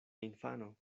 infano